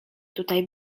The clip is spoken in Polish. tutaj